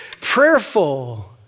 prayerful